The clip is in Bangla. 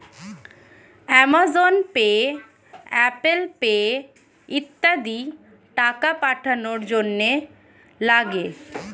অ্যামাজন পে, অ্যাপেল পে ইত্যাদি টাকা পাঠানোর জন্যে লাগে